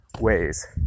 ways